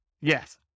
Yes